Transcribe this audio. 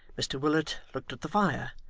mr willet looked at the fire,